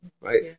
right